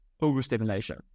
overstimulation